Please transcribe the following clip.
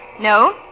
No